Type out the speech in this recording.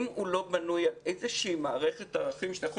אם הוא לא בנוי על איזושהי מערכת ערכים שאתה יכול